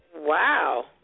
Wow